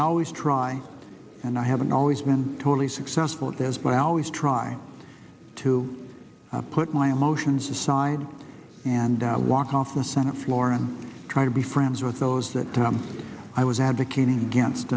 i always try and i haven't always been totally successful at those but i always try to put my emotions aside and walk off the senate floor and try to be friends with those that i was advocating against